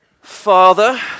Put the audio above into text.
Father